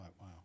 wow